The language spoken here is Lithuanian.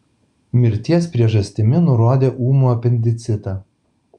mirties priežastimi nurodė ūmų apendicitą